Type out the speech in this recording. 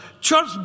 Church